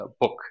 book